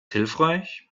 hilfreich